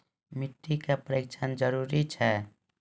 मिट्टी का परिक्षण जरुरी है?